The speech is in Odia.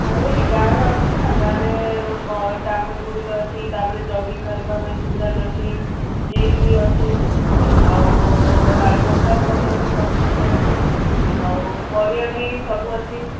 ଆ ଏଇଠି ଗାଁ ରେ ଅଛି ନା ଗାଁରେ ମଲ୍ ଟେମ୍ପଲ୍ ଗୁଡ଼ିକ ଅଛି ତା'ପରେ ଜଗିଂ କରିବା ପାଇଁ ସୁବିଧା ବି ଅଛି ଜିମ୍ ବି ଅଛି ଆଉ ରା ଦୋକାନ ପତ୍ର ବି ସବୁ ସୁବିଧା ଅଛି ଆଉ ପରିବା ବି ସବୁ ଅଛି